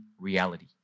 reality